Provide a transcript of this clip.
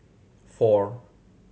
four